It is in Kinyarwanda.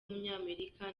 w’umunyamerika